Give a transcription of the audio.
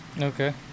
Okay